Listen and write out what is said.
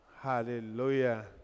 Hallelujah